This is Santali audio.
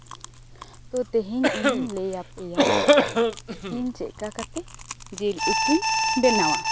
ᱛᱚ ᱛᱮᱦᱮᱧ ᱤᱧᱤᱧ ᱞᱟᱹᱭᱟᱯᱮᱭᱟ ᱤᱧ ᱪᱮᱫ ᱞᱮᱠᱟ ᱠᱟᱛᱮ ᱡᱤᱞ ᱩᱛᱩᱧ ᱵᱮᱱᱟᱣᱟ